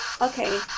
okay